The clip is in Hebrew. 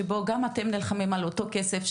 שבו גם אתם נלחמים על אותו כסף,